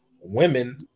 women